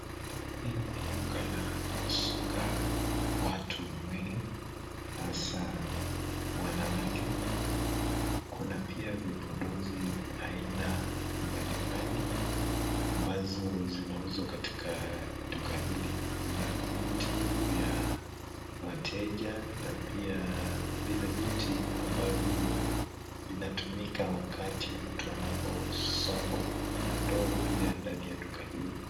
Hili ni duka la kusuka watu nywele hasa wanawake, kuna pia vipondozi aina mbalimbali ambazo zinauzwa katika duka hili, kuna viti vya wateja na pia vile viti ambavyo vinatumika wakati mtu anaposongwa, kuna ndoo pia ndani ya duka hili.